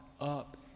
up